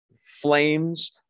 flames